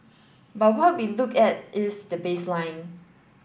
but what we look at is the baseline